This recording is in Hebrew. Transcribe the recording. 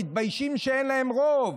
הם מתביישים שאין להם רוב,